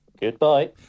Goodbye